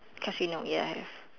casino ya I have